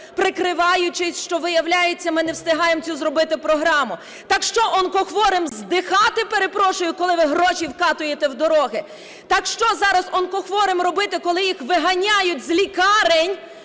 прикриваючись, що, виявляється, ми не встигаємо цю зробити програму. Так що, онкохворим "здихати", перепрошую, коли ви гроші вкатуєте в дороги?! Так що зараз онкохворим робити, коли їх виганяють з лікарень,